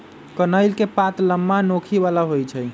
कनइल के पात लम्मा, नोखी बला होइ छइ